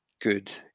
good